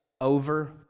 over